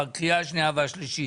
בקריאה השנייה והשלישית,